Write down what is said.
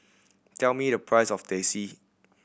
tell me the price of Teh C